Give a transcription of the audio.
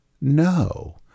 No